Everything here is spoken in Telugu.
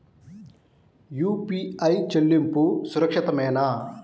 యూ.పీ.ఐ చెల్లింపు సురక్షితమేనా?